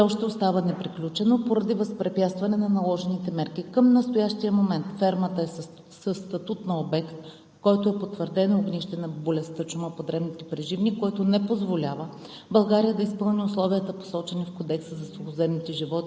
още остава неприключено поради възпрепятстване на наложените мерки. Към настоящия момент фермата е със статут на обект, в който е потвърдено огнището на болестта чума по дребните преживни, което не позволява България да изпълни условията, посочени в Кодекса за сухоземните животни